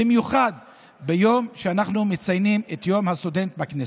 במיוחד ביום שבו אנחנו מציינים את יום הסטודנט בכנסת.